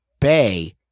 Bay